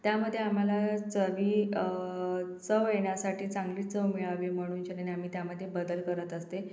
त्यामध्ये आम्हाला चवी चव येण्यासाठी चांगली चव मिळावी म्हणूनशन्यानी आम्ही त्यामध्ये बदल करत असते